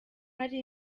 hari